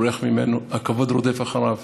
הכבוד רודף אחריו,